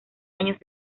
años